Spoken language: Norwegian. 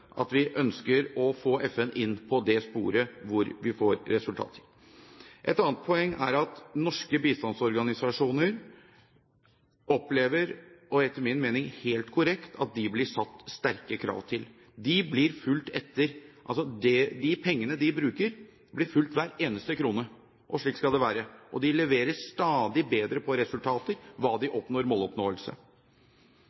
at vi ønsker å få FN inn på det sporet hvor vi får resultater. Et annet poeng er at norske bistandsorganisasjoner opplever – og etter min mening, helt korrekt – at de blir satt strenge krav til. Hver eneste krone av de pengene de bruker, blir fulgt. Og slik skal det være. De leverer stadig bedre når det gjelder resultater